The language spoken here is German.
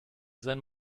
sein